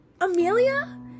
Amelia